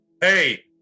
Hey